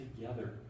together